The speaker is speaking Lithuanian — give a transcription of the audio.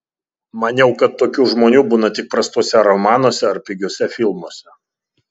maniau kad tokių žmonių būna tik prastuose romanuose ar pigiuose filmuose